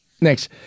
Next